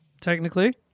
Technically